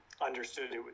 Understood